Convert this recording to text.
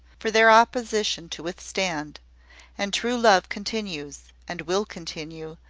for their opposition to withstand and true love continues, and will continue,